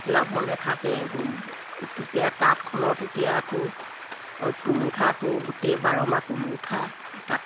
লাভৰ নাথাকে তেতিয়া তাঁতখনৰ তেতিয়াতো তুলুঠাটো গোটেই বাৰ মাহ তুলুঠা তাঁত